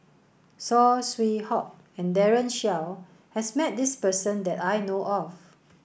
Saw Swee Hock and Daren Shiau has met this person that I know of